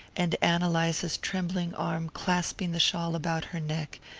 and ann eliza's trembling arm clasping the shawl about her neck,